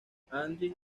andrew